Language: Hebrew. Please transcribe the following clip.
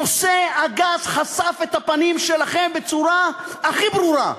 נושא הגז חשף את הפנים שלכם בצורה הכי ברורה.